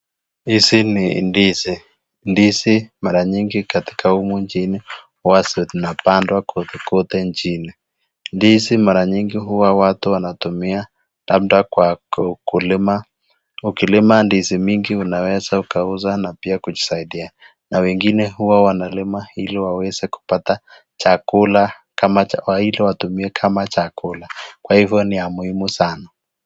Hizi ni ndizi. Ndizi mara nyingi katika humu nchini huwa zinapandwa kwote kwote nchini. Ndizi mara nyingi huwa watu wanatumia labda kwa ukulima. Ukilima ndizi mingi unaweza ukauza na pia kujisaidia na wengine huwa wanalima ili waweze kupata chakula, ili watumie kama chakula. Kwa hivyo ni ya muhimu sana.